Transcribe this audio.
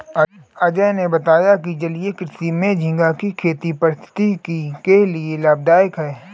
अजय ने बताया कि जलीय कृषि में झींगा की खेती पारिस्थितिकी के लिए लाभदायक है